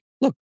look